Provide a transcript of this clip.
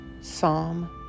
Psalm